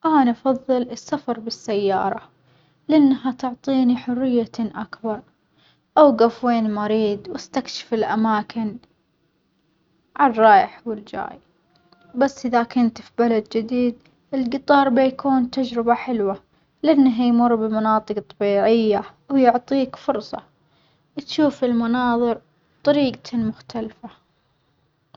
أنا أفظل السفر بالسيارة لأنها تعطيني حريةٍ أكبر، أجف وين ما أريد وأستكشف الأماكن عالرايح والجاي، بس إذا كنت في بلد جديد الجطار بيكون تجربة حلوة، لأنه بيمر بمناطج طبيعية ويعطيك فرصة المناظر بطريقةٍ مختلفة.